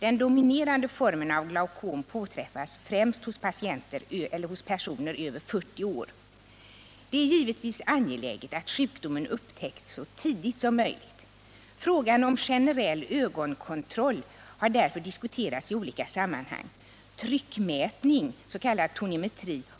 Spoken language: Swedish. Den dominerande formen av glaucom påträffas främst hos personer äldre än 40 år. Det är givetvis angeläget att sjukdomen upptäcks så tidigt som möjligt. Frågan om generell ögonkontroll har därför diskuterats i olika sammanhang. Tryckmätning